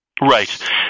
Right